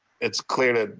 it's clear